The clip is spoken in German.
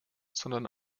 sondern